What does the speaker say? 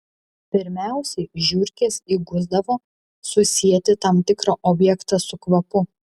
pirmiausiai žiurkės įgusdavo susieti tam tikrą objektą su kvapu